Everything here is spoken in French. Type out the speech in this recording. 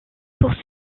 pour